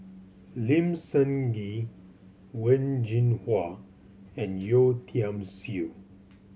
Lim Sun Gee Wen Jinhua and Yeo Tiam Siew